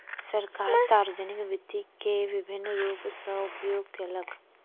सरकार, सार्वजानिक वित्त के विभिन्न रूप सॅ उपयोग केलक